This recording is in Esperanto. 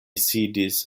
sidis